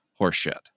horseshit